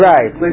Right